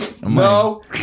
No